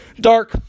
Dark